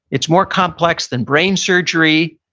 it's more complex than brain surgery,